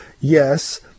yes